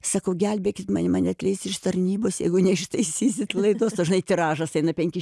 sakau gelbėkit mane mane atleis iš tarnybos jeigu neištaisysit laidos dažnai tiražas eina penki